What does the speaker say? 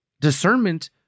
discernment